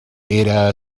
era